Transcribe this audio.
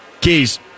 Keys